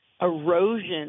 erosion